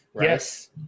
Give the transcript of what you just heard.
Yes